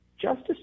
Justice